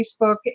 Facebook